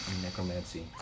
Necromancy